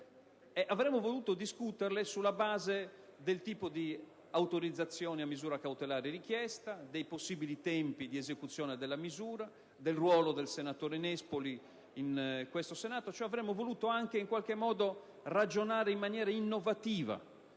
avremmo voluto discuterla in Giunta, sulla base del tipo di autorizzazione a misura cautelare richiesta, dei possibili tempi d'esecuzione della misura, del ruolo del senatore Nespoli in Senato; avremmo voluto anche ragionare in maniera innovativa